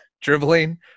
dribbling